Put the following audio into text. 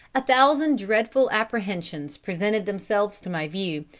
a thousand dreadful apprehensions presented themselves to my view,